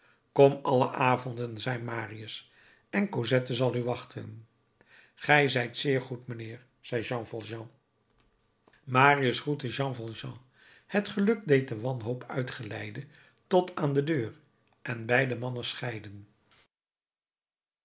kom alle avonden zei marius en cosette zal u wachten gij zijt zeer goed mijnheer zei jean valjean marius groette jean valjean het geluk deed de wanhoop uitgeleide tot aan de deur en beide mannen scheidden